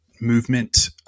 movement